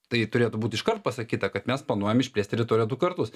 tai turėtų būt iškart pasakyta kad mes planuojam išplėst teritoriją du kartus